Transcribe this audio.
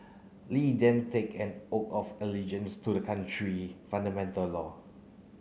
Li then took an oath of allegiance to the country fundamental law